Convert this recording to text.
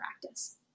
practice